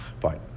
Fine